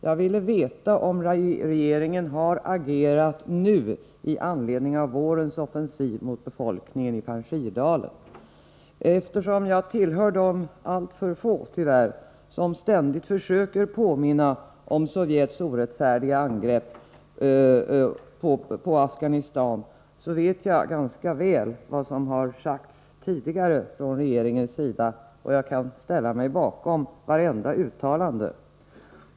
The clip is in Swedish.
Jag ville veta om regeringen har agerat nu i anledning av vårens offensiv mot befolkningen i Panjshirdalen. Eftersom jag tillhör de alltför få — tyvärr — som ständigt försöker påminna om Sovjets orättfärdiga angrepp på Afghanistan, så vet jag ganska väl vad som har sagts tidigare från regeringens sida, och jag kan ställa mig bakom vartenda uttalande.